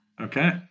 Okay